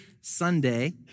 Sunday